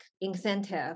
incentive